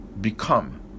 become